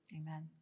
Amen